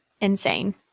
Insane